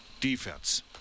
Defense